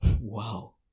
Wow